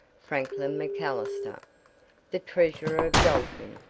franklin macallister the treasurer of dalton,